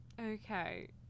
Okay